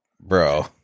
bro